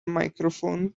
microphone